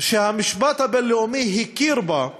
שהמשפט הבין-לאומי הכיר בה,